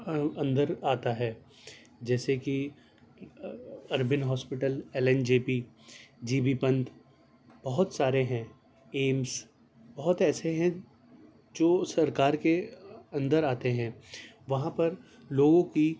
اندر آتا ہے جیسے کہ Arun hospital L N J P G B Pant بہت سارے ہیں ایمس بہت ایسے ہیں جو سرکار کے اندر آتے ہیں وہاں پر لوگوں کی